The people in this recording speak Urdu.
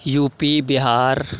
you P Bihar